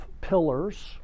pillars